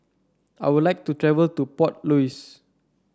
I would like to travel to Port Louis